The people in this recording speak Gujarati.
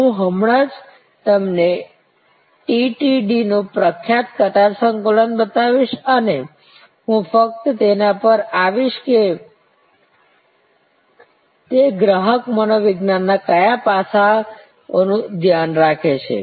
હું હમણાં જ તમને ટીટીડી નું પ્રખ્યાત કતાર સંકુલ બતાવીશ અને હું ફક્ત તેના પર આવીશ કે તે ગ્રાહક મનોવિજ્ઞાનના કયા પાસાઓનું ધ્યાન રાખે છે